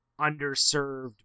underserved